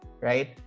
right